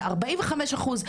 זה 45 אחוז,